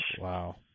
Wow